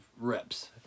reps